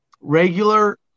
Regular